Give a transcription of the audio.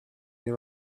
nie